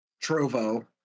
Trovo